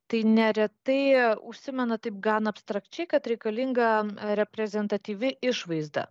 tai neretai užsimena taip gan abstrakčiai kad reikalinga reprezentatyvi išvaizda